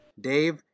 Dave